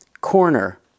corner